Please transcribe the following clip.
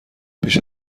بیش